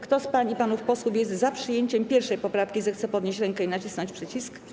Kto z pań i panów posłów jest za przyjęciem 1. poprawki, zechce podnieść rękę i nacisnąć przycisk.